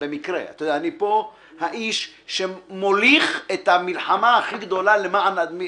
אני האיש שמוליך את המלחמה הכי גדולה למען הנת"צים,